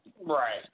Right